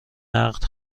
نقد